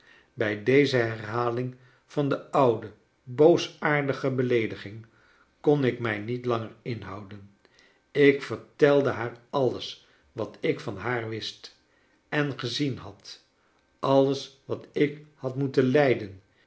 bij deze herhaling van de oude boosaardige beleediging kon ik mij niet langer inhouden ik vertelde haar alles wat ik van haar wist en gezien had alles wat ik had moeten lijden